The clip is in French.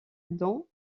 dans